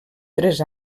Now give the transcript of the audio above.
tres